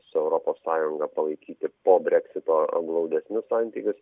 su europos sąjunga palaikyti po breksito glaudesnius santykius